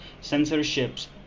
censorships